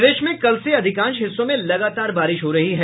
प्रदेश में कल से अधिकांश हिस्सों में लगातार बारिश हो रही है